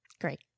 Great